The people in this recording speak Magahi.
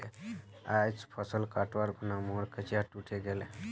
आइज फसल कटवार खूना मोर कचिया टूटे गेले